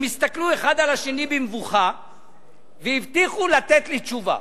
הם הסתכלו אחד על השני במבוכה והבטיחו לי לתת תשובה.